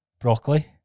Broccoli